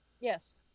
yes